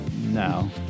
No